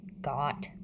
got